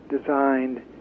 designed